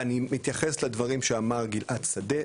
אני מתייחס לדברים שאמר גלעד שדה,